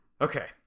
okay